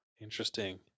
interesting